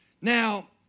Now